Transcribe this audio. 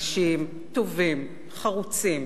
אנשים טובים, חרוצים,